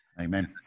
Amen